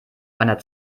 einer